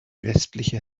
westliche